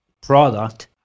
product